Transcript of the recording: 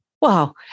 Wow